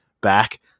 back